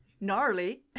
gnarly